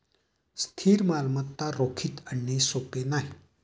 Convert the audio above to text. स्थिर मालमत्ता रोखीत आणणे सोपे नाही